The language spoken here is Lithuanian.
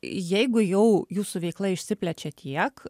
jeigu jau jūsų veikla išsiplečia tiek